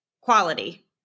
quality